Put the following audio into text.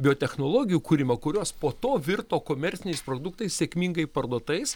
biotechnologijų kūrimą kurios po to virto komerciniais produktais sėkmingai parduotais